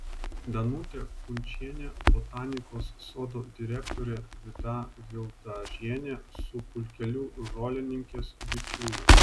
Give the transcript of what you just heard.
danutė kunčienė botanikos sodo direktorė vida mildažienė su pulkeliu žolininkės bičiulių